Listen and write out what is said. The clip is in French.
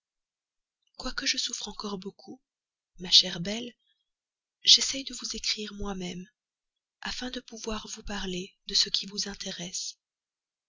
quoique je souffre encore beaucoup ma chère belle j'essaie pourtant de vous écrire moi-même afin de pouvoir vous parler de ce qui vous intéresse